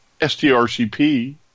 strcp